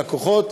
הלקוחות,